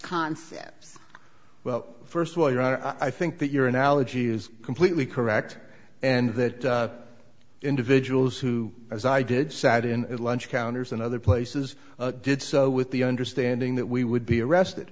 concepts well first of all your honor i think that your analogy is completely correct and that individuals who as i did sat in at lunch counters and other places did so with the understanding that we would be arrested